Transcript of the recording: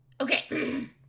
Okay